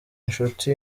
inshuti